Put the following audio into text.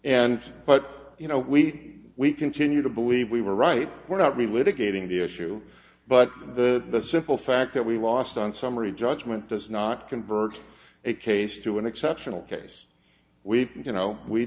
and but you know we we continue to believe we were right we're not we litigated on the issue but the simple fact that we lost on summary judgment does not convert a case to an exceptional case we you know we